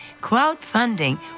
crowdfunding